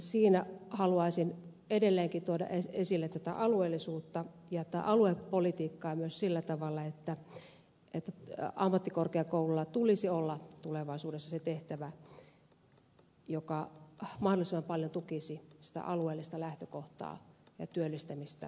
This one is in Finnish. siinä haluaisin edelleenkin tuoda esille tätä alueellisuutta ja aluepolitiikkaa myös sillä tavalla että ammattikorkeakoululla tulisi olla tulevaisuudessa se tehtävä joka mahdollisimman paljon tukisi sitä alueellista lähtökohtaa ja työllistämistä ja niin edelleen